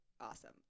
awesome